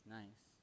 nice